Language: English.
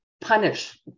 punish